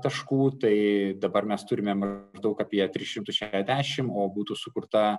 taškų tai dabar mes turime maždaug apie tris šimtus šešiasdešimt o būtų sukurta